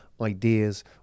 ideas